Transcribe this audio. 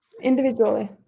Individually